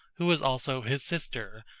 who was also his sister,